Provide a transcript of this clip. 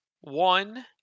One